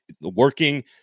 working